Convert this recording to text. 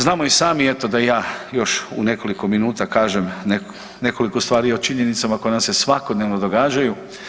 Znamo i sami, eto da i ja još u nekoliko minuta kažem nekoliko stvari i o činjenicama koje nam se svakodnevno događaju.